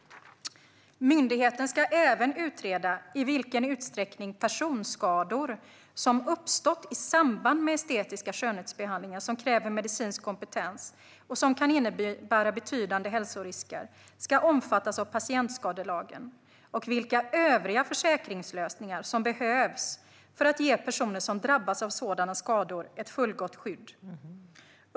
Myndigheten ska även utreda i vilken utsträckning personskador som uppstått i samband med estetiska behandlingar som kräver medicinsk kompetens och som kan innebära betydande hälsorisker ska omfattas av patientskadelagen och vilka övriga försäkringslösningar som behövs för att ge personer som drabbats av sådana skador ett fullgott skydd.